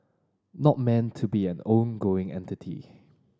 not meant to be an ongoing entity